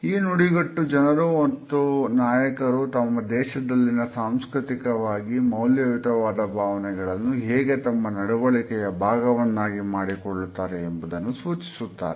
ಈ ನುಡಿಗಟ್ಟು ಜನರು ಮತ್ತು ನಾಯಕರು ತಮ್ಮ ದೇಶದಲ್ಲಿನ ಸಾಂಸ್ಕೃತಿಕವಾಗಿ ಮೌಲ್ಯಯುತವಾದ ಭಾವನೆಗಳನ್ನು ಹೇಗೆ ತಮ್ಮ ನಡುವಳಿಕೆಯ ಭಾಗವನ್ನಾಗಿ ಮಾಡಿಕೊಳ್ಳುತ್ತಾರೆ ಎಂಬುದನ್ನು ಸೂಚಿಸುತ್ತಾರೆ